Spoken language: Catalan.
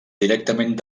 directament